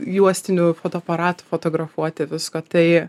juostiniu fotoaparatu fotografuoti visko tai